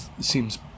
seems